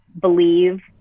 believe